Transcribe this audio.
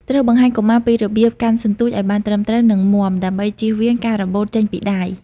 ត្រូវបង្ហាញកុមារពីរបៀប កាន់សន្ទូច ឱ្យបានត្រឹមត្រូវ និងមាំដើម្បីជៀសវាងការរបូតចេញពីដៃ។